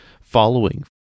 following